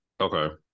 Okay